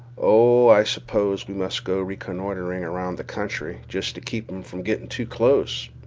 oh, i suppose we must go reconnoitering around the country jest to keep em from getting too close,